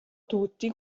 tutti